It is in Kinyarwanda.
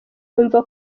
yumva